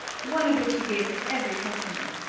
one of which he gave to every customer.